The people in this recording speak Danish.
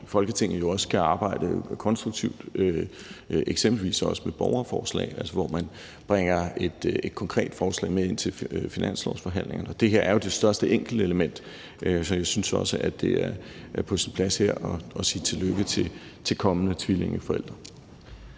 Folketinget også kan arbejde konstruktivt, eksempelvis også med borgerforslag, altså hvor man bringer et konkret forslag med ind til finanslovsforhandlingerne. Det her er jo det største enkeltelement, så jeg synes også, at det er på sin plads her at sige tillykke til kommende tvillingeforældre.